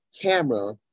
camera